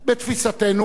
בתפיסתנו,